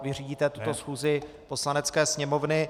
Vy řídíte tuto schůzi Poslanecké sněmovny.